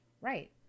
right